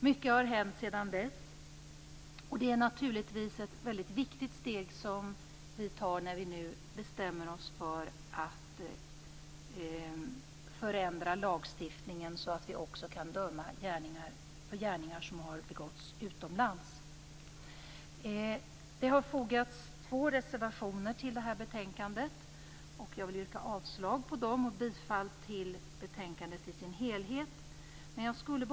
Mycket har hänt sedan dess, och det är naturligtvis ett mycket viktigt steg som vi tar när vi nu bestämmer oss för att förändra lagstiftningen så att vi också kan döma för gärningar som har begåtts utomlands. Det har fogats två reservationer till detta betänkande, och jag vill yrka avslag på dem och bifall till hemställan i dess helhet i betänkandet.